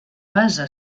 base